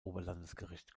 oberlandesgericht